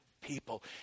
people